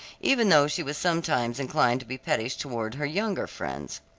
even though she was sometimes inclined to be pettish toward her younger friends.